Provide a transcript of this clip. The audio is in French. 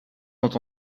dont